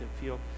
feel